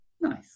nice